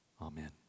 amen